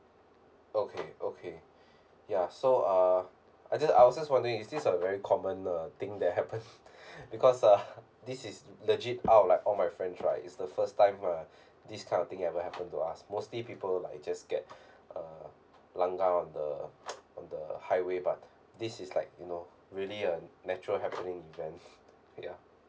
okay okay ya so uh I just I was just wondering is this a very common uh thing that happened because uh this is legit out of like all my friends right is the first time uh this kind of thing ever happen to us mostly people Iike just get uh langgar on the on the highway but this is like you know really a natural happening event ya